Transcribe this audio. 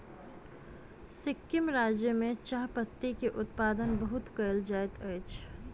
सिक्किम राज्य में चाह पत्ती के उत्पादन बहुत कयल जाइत अछि